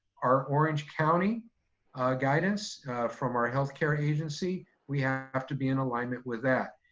our orange county guidance from our health care agency, we have to be in alignment with that.